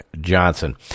Johnson